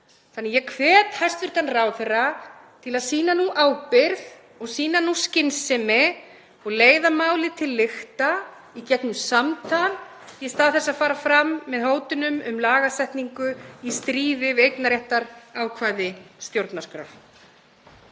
Ég hvet hæstv. ráðherra til að sýna nú ábyrgð og sýna nú skynsemi og leiða málið til lykta í gegnum samtal í stað þess að fara fram með hótunum um lagasetningu í stríði við eignarréttarákvæði stjórnarskrár.